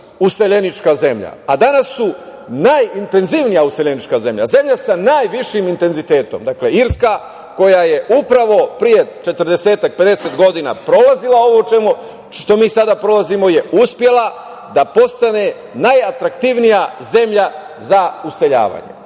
useljenička zemlja, a danas su najintenzivnija useljenička zemlja, zemlja sa najvišim intenzitetom. Dakle, Irska koja je upravo pre 40, 50 godina prolazila, što mi sada prolazimo je uspela da postane najatraktivnija zemlja za useljavanje.Međutim,